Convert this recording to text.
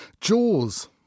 Jaws